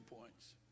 points